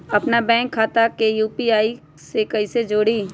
अपना बैंक खाता के यू.पी.आई से कईसे जोड़ी?